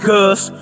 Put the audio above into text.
Cause